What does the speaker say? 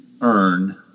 earn